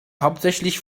hauptsächlich